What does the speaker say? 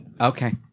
Okay